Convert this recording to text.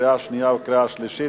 לקריאה שנייה וקריאה שלישית.